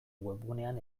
webgunean